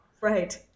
Right